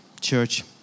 church